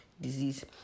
disease